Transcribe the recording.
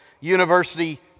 university